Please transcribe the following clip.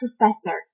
professor